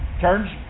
turns